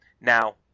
now